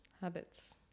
habits